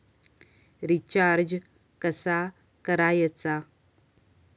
Recharge कसा करायचा?